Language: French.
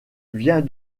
viens